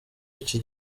iki